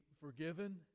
forgiven